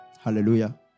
Hallelujah